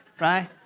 Right